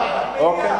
אוקיי.